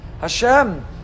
Hashem